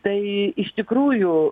tai iš tikrųjų